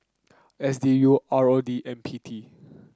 S D U R O D and P T